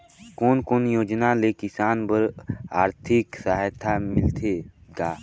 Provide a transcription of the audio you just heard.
कोन कोन योजना ले किसान बर आरथिक सहायता मिलथे ग?